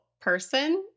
person